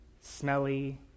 smelly